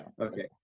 Okay